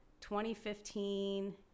2015